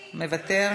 מוותר,